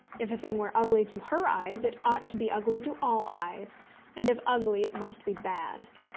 if a thing were ugly to her eyes, it ought to be ugly to all eyes and if ugly, it must be bad.